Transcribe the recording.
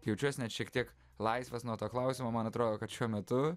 jaučiuosi net šiek tiek laisvas nuo to klausimo man atrodo kad šiuo metu